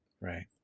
Right